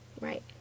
Right